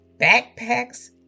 backpacks